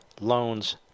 loans